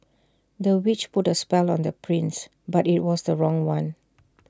the witch put A spell on the prince but IT was the wrong one